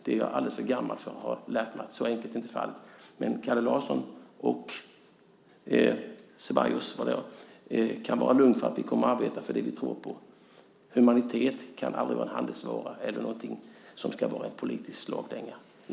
Det är jag alldeles för gammal för, och jag har lärt mig att så enkelt är inte fallet. Men Kalle Larsson och Bodil Ceballos kan vara lugna; vi kommer att arbeta för det vi tror på. Humanitet kan aldrig vara en handelsvara eller en politisk slagdänga.